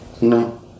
No